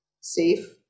safe